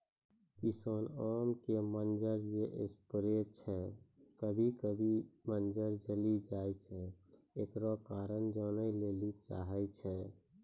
किसान आम के मंजर जे स्प्रे छैय कभी कभी मंजर जली जाय छैय, एकरो कारण जाने ली चाहेय छैय?